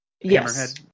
Yes